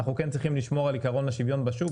אנחנו כן צריכים לשמור על עיקרון החוק בשוק,